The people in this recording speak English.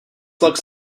looks